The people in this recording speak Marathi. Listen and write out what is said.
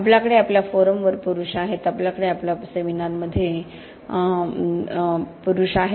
आपल्याकडे आपल्या फोरमवर पुरुष आहेत आपल्याकडे आपल्या सेमिनारमध्ये पुरुष आहेत